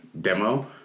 demo